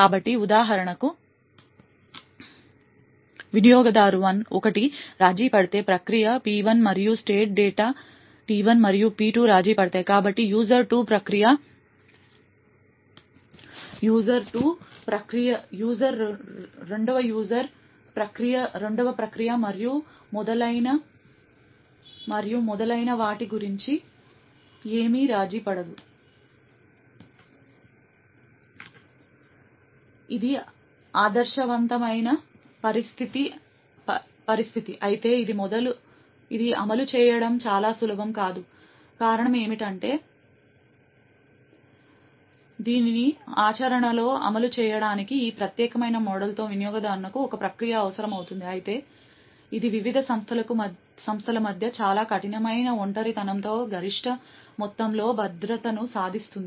కాబట్టి ఉదాహరణకు యూజర్1 రాజీపడితే ప్రక్రియ P1 మరియు స్టేట్ డేటా T1 మరియు P2 రాజీపడతాయి కాబట్టి యూజర్ 2 ప్రక్రియ 2 మరియు మొదలైన వాటి గురించి ఏమీ రాజీపడదు ఇది ఆదర్శవంతమైన పరిస్థితి అయితే ఇది అమలు చేయడం చాలా సులభం కాదు కారణం ఏమిటంటే దీనిని ఆచరణలో అమలు చేయడానికి ఈ ప్రత్యేకమైన మోడల్తో వినియోగదారుకు ఒక ప్రక్రియ అవసరమవుతుంది అయితే ఇది వివిధ సంస్థల మధ్య చాలా కఠినమైన ఒంటరితనంతో గరిష్ట మొత్తంలో భద్రతను సాధిస్తుంది